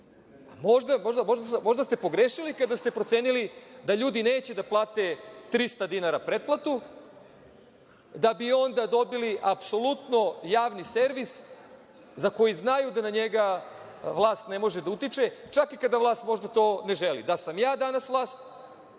Možda ste pogrešili kada ste procenili da ljudi neće da plate 300 dinara pretplatu, da bi onda dobili apsolutno javni servis za koji znaju da na njega vlast ne može da utiče čak i kada vlast to ne želim. Da sam ja danas vlast,